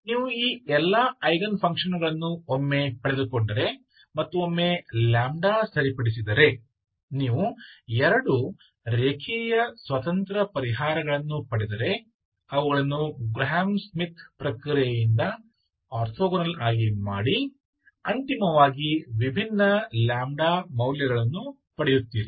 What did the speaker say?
ನೀವು ಈ ಎಲ್ಲಾ ಐಗನ್ ಫಂಕ್ಷನ್ಗಳನ್ನು ಒಮ್ಮೆ ಪಡೆದುಕೊಂಡರೆ ಮತ್ತು ಒಮ್ಮೆ λ ಸರಿಪಡಿಸಿದರೆ ನೀವು ಎರಡು ರೇಖೀಯ ಸ್ವತಂತ್ರ ಪರಿಹಾರಗಳನ್ನು ಪಡೆದರೆ ಅವುಗಳನ್ನು ಗ್ರಹಾಂ ಸ್ಮಿತ್ ಪ್ರಕ್ರಿಯೆಯಿಂದ ಆರ್ಥೋಗನಲ್ ಆಗಿ ಮಾಡಿ ಅಂತಿಮವಾಗಿ ವಿಭಿನ್ನ λ ಮೌಲ್ಯಗಳನ್ನು ಪಡೆಯುತ್ತೀರಿ